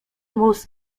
mózg